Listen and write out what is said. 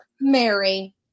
Mary